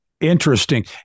Interesting